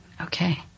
Okay